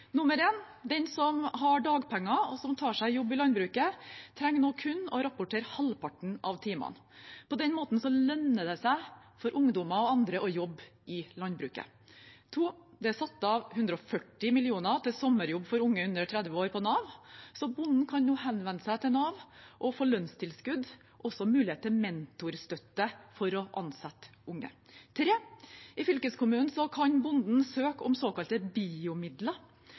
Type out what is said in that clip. Den som har dagpenger og tar seg jobb i landbruket, trenger nå kun å rapportere halvparten av timene. På den måten lønner det seg for ungdommer og andre å jobbe i landbruket. Det er satt av 140 mill. kr til sommerjobb for unge under 30 år på Nav, så bøndene kan nå henvende seg til Nav og få lønnstilskudd, også mulighet for mentorstøtte, for å ansette unge. I fylkeskommunen kan bøndene søke om såkalte biomidler